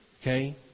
Okay